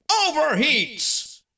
overheats